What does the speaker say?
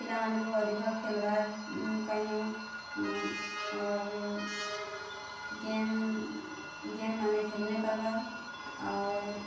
ପିଲାମାନଙ୍କୁ ଅଧିକ ଖେଲିବାର୍ ପାଇଁ ଆମରି ଗେମ୍ ଗେମ୍ମାନେ ଖେଳି ନ ପାର୍ବା ଆଉ